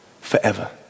forever